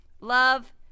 love